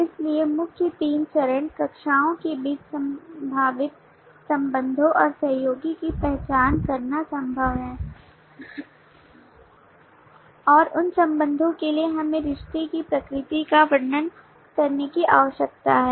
इसलिए मुख्य तीन चरण कक्षाओं के बीच संभावित संबंधों और सहयोगों की पहचान करना संभव है और उन संबंधों के लिए हमें रिश्ते की प्रकृति का वर्णन करने की आवश्यकता है